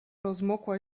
rozmokła